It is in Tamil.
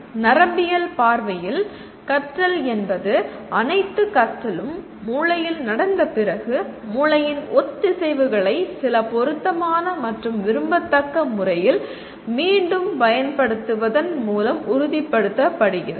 எனவே நரம்பியல் பார்வையில் கற்றல் என்பது அனைத்து கற்றலும் மூளையில் நடந்த பிறகு மூளையின் ஒத்திசைவுகளை சில பொருத்தமான மற்றும் விரும்பத்தக்க முறையில் மீண்டும் பயன்படுத்துவதன் மூலம் உறுதிப்படுத்தப்படுகிறது